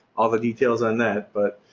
al the details on that but,